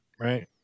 right